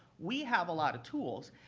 we have a lot of tools.